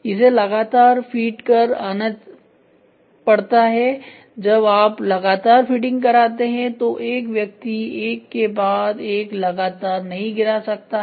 इसे लगातार फीड कर आना पड़ता है जब आप लगातार फीडींग कराते हैं तो एक व्यक्ति एक के बाद एक लगातार नहीं गिरा सकता है